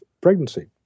Pregnancy